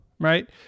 right